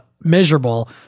miserable